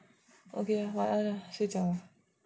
okay 晚安睡觉